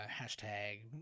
Hashtag